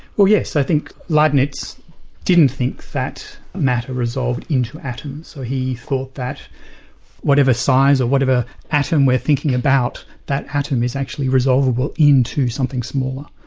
well yes. i think leibnitz didn't think that matter resolved into atoms, he thought that whatever size or whatever atom we're thinking about, that atom is actually resolvable into something smaller,